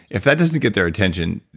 if that doesn't get their attention,